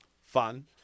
Fun